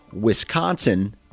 Wisconsin